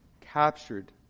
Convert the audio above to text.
captured